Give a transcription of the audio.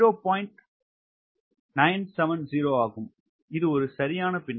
970 ஆகும் இது ஒரு சரியான பின்னம்